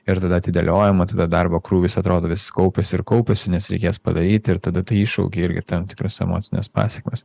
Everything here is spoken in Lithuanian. ir tada atidėliojama tada darbo krūvis atrodo vis kaupiasi ir kaupiasi nes reikės padaryti ir tada tai iššaukia irgi tam tikras emocines pasekmes